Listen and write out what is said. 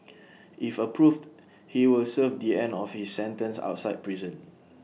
if approved he will serve the end of his sentence outside prison